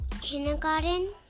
Kindergarten